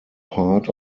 part